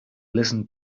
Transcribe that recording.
listened